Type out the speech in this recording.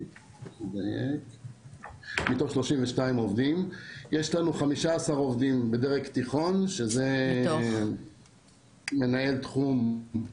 יש לנו 15 עובדים בדרג תיכון, שזה מנהל תחום.